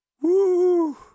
Woo